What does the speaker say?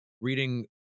reading